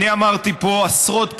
אמרתי פה עשרות פעמים,